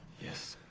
yes.